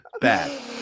Bad